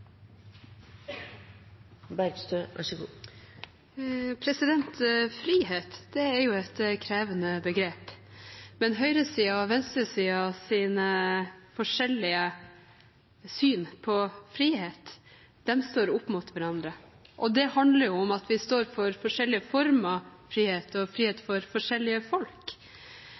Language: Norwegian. et krevende begrep. Høyresidens og venstresidens forskjellige syn på frihet står opp mot hverandre, og det handler om at vi står for forskjellige former for frihet og frihet for forskjellige folk.